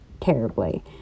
terribly